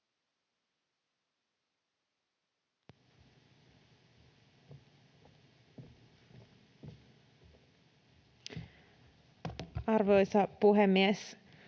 Arvoisa puhemies!